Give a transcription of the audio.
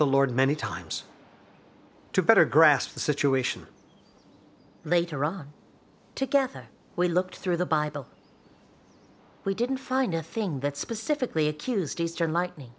the lord many times to better grasp the situation later on together we looked through the bible we didn't find a thing that specifically accused eastern li